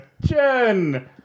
Jen